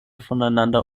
voneinander